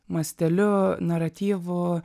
masteliu naratyvu